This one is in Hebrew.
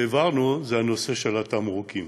שהעברנו הוא הנושא של התמרוקים.